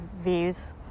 views